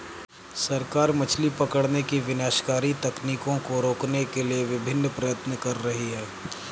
सरकार मछली पकड़ने की विनाशकारी तकनीकों को रोकने के लिए विभिन्न प्रयत्न कर रही है